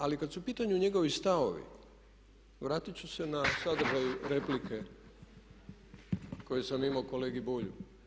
Ali kad su u pitanju njegovi stavovi vratit ću se na sadržaj replike koji sam imao kolegi Bulju.